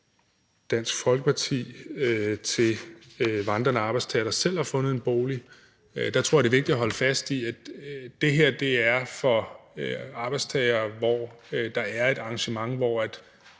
Dansk Folkepartis side til vandrende arbejdstagere, der selv har fundet en bolig. Men der tror jeg, at det er vigtigt at holde fast i, at det her er for arbejdstagere, hvor der er et arrangement, hvor